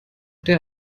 der